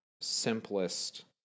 simplest